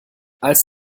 als